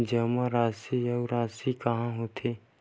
जमा राशि अउ राशि का होथे?